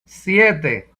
siete